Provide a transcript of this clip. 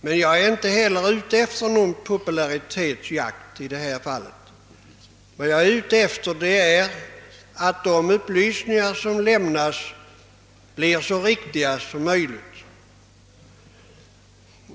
Men jag är inte heller på jakt efter någon popularitet i detta fall. Vad jag är ute efter är att de upplysningar som lämnas blir så riktiga som möjligt.